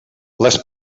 les